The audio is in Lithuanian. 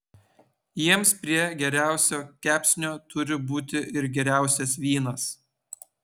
jiems prie geriausio kepsnio turi būti ir geriausias vynas